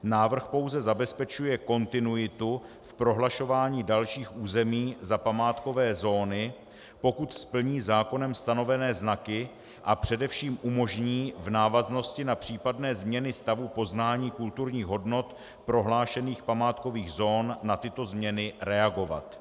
Návrh pouze zabezpečuje kontinuitu v prohlašování dalších území za památkové zóny, pokud splní zákonem stanovené znaky, a především umožní v návaznosti na případné změny stavu poznání kulturních hodnot prohlášených památkových zón na tyto změny reagovat.